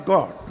God